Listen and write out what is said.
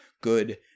good